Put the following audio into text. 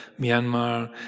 Myanmar